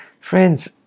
Friends